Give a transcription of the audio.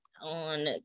on